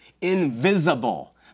invisible